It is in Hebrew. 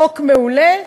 מעולה,